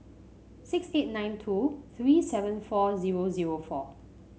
six eight nine two three seven four zero zero four